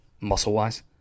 muscle-wise